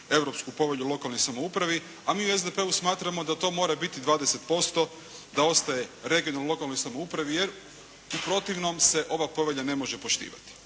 Europsku povelju o lokalnoj samoupravi, a mi u SDP-u smatramo da to mora biti 20%, da ostaje regionalnoj lokalnoj samoupravi jer u protivnom se ova povelja ne može poštivati.